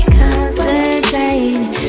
concentrating